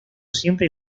siempre